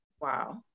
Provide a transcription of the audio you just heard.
Wow